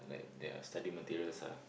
like their study materials ah